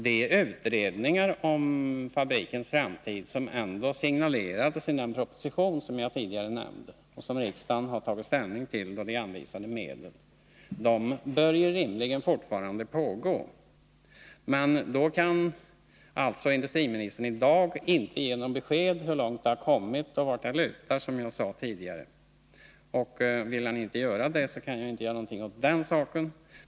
De utredningar om fabrikens framtid som ändå signalerades i den proposition som jag tidigare nämnde och som riksdagen har tagit ställning till, då vi anvisade medel, bör rimligen fortfarande pågå. Industriministern kan alltså inte i dag ge besked om hur långt man har kommit och vartåt det lutar. Vill industriministern inte lämna ett sådant besked, kan jag inte göra någonting åt den saken.